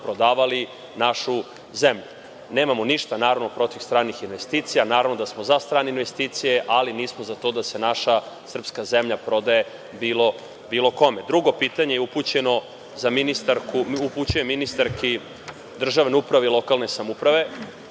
prodavali našu zemlju? Nemamo ništa protiv stranih investicija, naravno da smo za strane investicije, ali nismo za to da se naša srpska zemlja prodaje bilo kome. Drugo pitanje upućujem ministarki državne uprave i lokalne samouprave